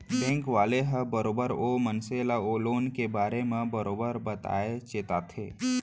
bank वाले ह बरोबर ओ मनसे ल लोन के बारे म बरोबर बताथे चेताथे